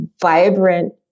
vibrant